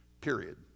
period